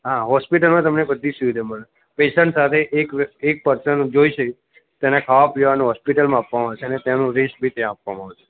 હા હોસ્પિટલમાં તમને બધી સુવિધા મળે પેશન્ટ સાથે એક વ્ય એક પર્સન જોઇશે તેના ખાવાપીવાનું હૉસ્પિટલમાં આપવામાં આવશે તેનું ડ્રેસ બી ત્યાં આપવામાં આવશે